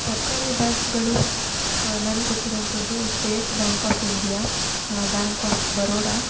ಸರ್ಕಾರಿ ಬ್ಯಾಂಕ್ಗಳು ನನಗೆ ಗೊತ್ತಿರುವಂಥದ್ದು state bank of India bank of Baroda